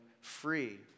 free